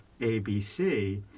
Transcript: ABC